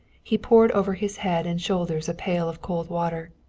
he poured over his head and shoulders a pail of cold water.